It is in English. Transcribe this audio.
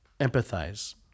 empathize